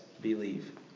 believe